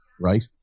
right